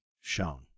shown